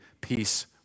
peace